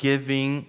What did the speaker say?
Giving